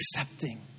accepting